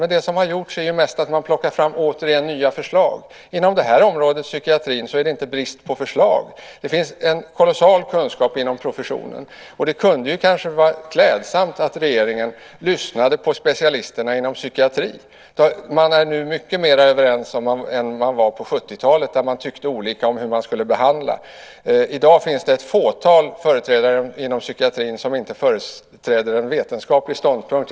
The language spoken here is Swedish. Men det som har gjorts är ju mest att man återigen har plockat fram nya förslag. På området psykiatri råder det inte brist på förslag; det finns en kolossal kunskap inom professionen. Det kunde vara klädsamt om regeringen lyssnade på specialisterna inom psykiatri. Man är nu mycket mer överens än man var på 70-talet, då man tyckte olika om hur man skulle behandla. I dag finns det ett fåtal företrädare inom psykiatrin som inte företräder en vetenskaplig ståndpunkt.